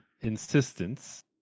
insistence